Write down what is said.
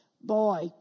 Boy